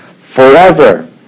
forever